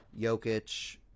Jokic